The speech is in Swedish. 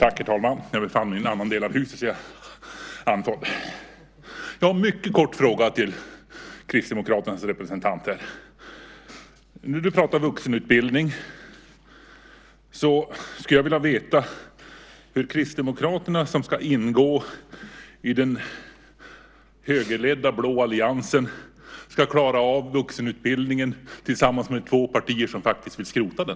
Herr talman! Jag har en mycket kort fråga till Kristdemokraternas representant. Du pratar om vuxenutbildning. Jag skulle vilja veta hur Kristdemokraterna som ska ingå i den högerledda blå alliansen ska klara av vuxenutbildningen tillsammans med två partier som faktiskt vill skrota den.